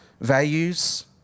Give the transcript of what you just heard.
values